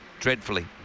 Dreadfully